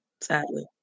sadly